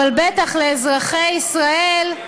אבל בטח לאזרחי ישראל,